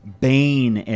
bane